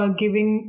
giving